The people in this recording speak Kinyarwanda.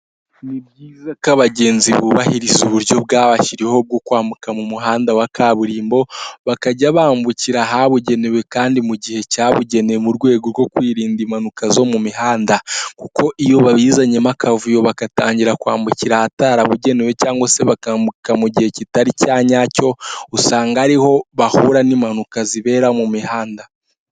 Ni byiza ko abagenzi bubahiriza uburyo bwabashyiriweho bwo kwambuka mu muhanda wa kaburimbo, bakajya bambukira ahabugenewe kandi mu gihe cyabugenewe mu rwego rwo kwirinda impanuka zo mu mihanda. Kuko iyo babizanyemo akavuyo bagatangira kwambukira ahatarabugenewe cyangwa se bakambuka mu gihe kitari icya nyacyo, usanga ariho bahura n'impanuka zibera mu mihanda.